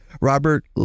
Robert